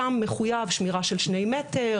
שם מחויב שמירה של 2 מטר,